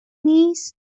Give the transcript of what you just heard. نیست